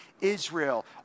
Israel